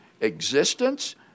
existence